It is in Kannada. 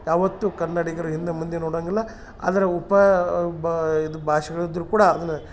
ಯಾವತ್ತು ಕನ್ನಡಿಗರು ಹಿಂದೆ ಮುಂದೆ ನೋಡಾಂಗಿಲ್ಲ ಅದ್ರ ಉಪಾ ಬ ಇದು ಭಾಷೆಗಳಿದ್ರು ಕೂಡ ಅದನ್ನ